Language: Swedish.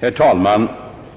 Herr talman!